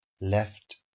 left